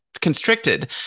constricted